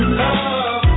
love